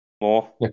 More